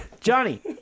Johnny